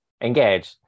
Engage